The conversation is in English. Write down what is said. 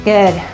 Good